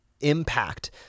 impact